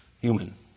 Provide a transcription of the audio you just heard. Human